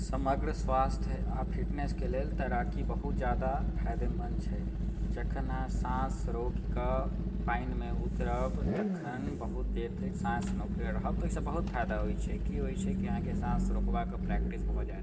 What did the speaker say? समग्र स्वास्थ्य आ फिटनेसके लेल तैराकी बहुत जादा फायदेमंद छै जखन अहाँ साँस रोकिके पानिमे उतरब तखन बहुत देर तक साँस रोके रहब तऽ ओहिसँ बहुत फायदा होइत छै की होइत छै की अहाँकेँ साँस रोकबाके प्रैक्टिस भऽ जायत